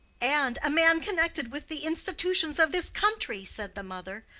and a man connected with the institutions of this country, said the mother.